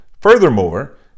furthermore